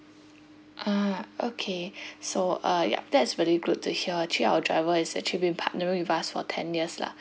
ah okay so uh yup that's really good to hear actually our driver is actually been partnering with us for ten years lah